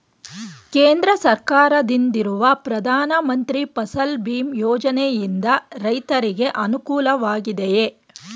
ಕೇಂದ್ರ ಸರ್ಕಾರದಿಂದಿರುವ ಪ್ರಧಾನ ಮಂತ್ರಿ ಫಸಲ್ ಭೀಮ್ ಯೋಜನೆಯಿಂದ ರೈತರಿಗೆ ಅನುಕೂಲವಾಗಿದೆಯೇ?